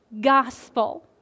gospel